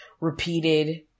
repeated